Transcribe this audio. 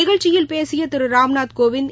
நிகழ்ச்சியில் பேசிய திரு ராம்நாத் கோவிந்த்